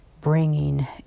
bringing